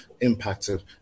impacted